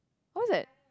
what's that